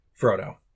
Frodo